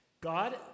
God